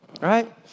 right